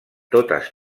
totes